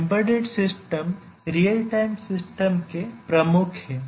embedded system real time system के प्रमुख हैं